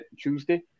Tuesday